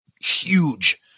huge